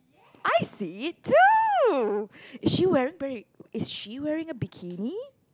I see it too is she wearing is she wearing a bikini